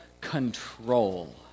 control